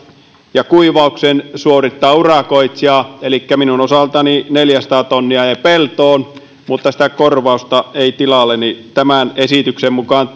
ja kuivauksen suorittaa urakoitsija elikkä minun osaltani neljäsataa tonnia jäi peltoon mutta sitä korvausta ei tilalleni tämän esityksen mukaan